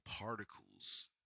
particles